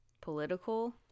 political